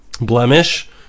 blemish